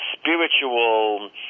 spiritual